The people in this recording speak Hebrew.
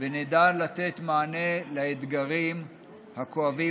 ונדע לתת מענה לאתגרים הכואבים,